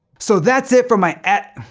so that's it for my at